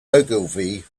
ogilvy